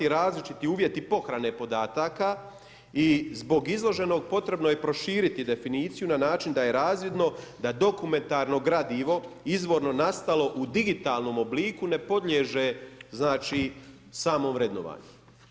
Različiti uvjeti pohrane podataka i zbog izloženog potrebno je proširiti definiciju na način da je razvidno da dokumentarno gradivo izvorno nastalo u digitalnom obliku ne podlijeće samom vrednovanju.